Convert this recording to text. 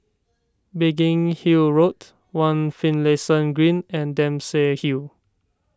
Biggin Hill Road one Finlayson Green and Dempsey Hill